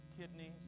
kidneys